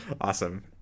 awesome